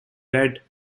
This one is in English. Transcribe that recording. red